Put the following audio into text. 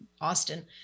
Austin